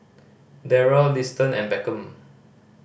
Darrel Liston and Beckham